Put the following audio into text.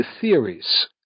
Theories